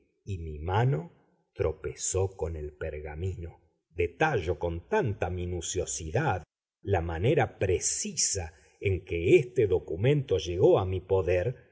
y mi mano tropezó con el pergamino detallo con tanta minuciosidad la manera precisa en que este documento llegó a mi poder